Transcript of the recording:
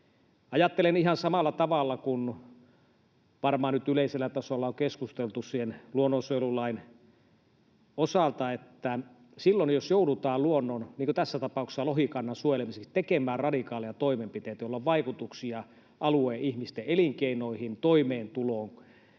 Ajattelen ihan samalla tavalla kuin varmaan nyt yleisellä tasolla on keskusteltu luonnonsuojelulain osalta, että silloin, jos joudutaan luonnon, niin kuin tässä tapauksessa lohikannan, suojelemiseksi tekemään radikaaleja toimenpiteitä, joilla on vaikutuksia alueen ihmisten elinkeinoihin, toimeentuloon